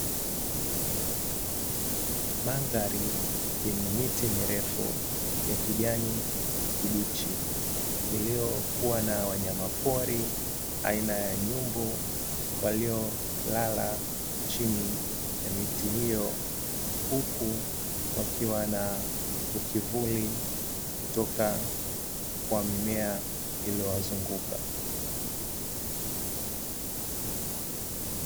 Mandhari yenye miti mirefu ya kijani kibichi, iliyokuwa na wanyamapori aina ya nyumbu waliolala chini ya miti hiyo huku wakiwa na ukivuli kutoka kwa mimea iliyowazunguka.